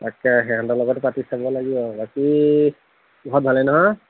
তাকে সিহঁতৰ লগত পাতি চাব লাগিব আৰু বাকী ঘৰত ভালে নহয়